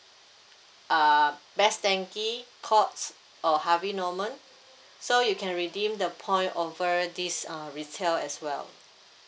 uh best denki courts or harvey norman so you can redeem the point over this uh retail as well